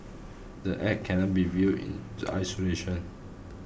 the Act cannot be viewed in isolation